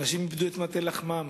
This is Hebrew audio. אנשים איבדו את מטה לחמם.